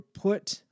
put